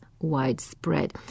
widespread